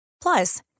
Plus